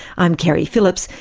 i'm keri phillips,